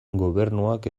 gobernuak